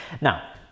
Now